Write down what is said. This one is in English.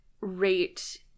rate